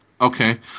Okay